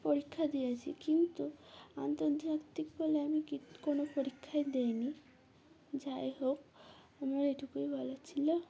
পরীক্ষা দিয়েছি কিন্তু আন্তর্জাতিক বলে আমি কি কোনো পরীক্ষায় দেই নি যাই হোক আমার এটুকুই বলা ছিলো